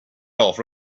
off